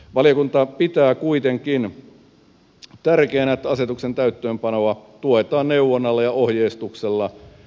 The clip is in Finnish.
valiokunta pitää kuitenkin tärkeänä että asetuksen täytäntöönpanoa tuetaan neuvonnalla ja ohjeistuksella